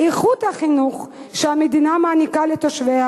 "איכות החינוך שהמדינה מעניקה לתושביה